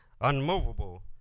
unmovable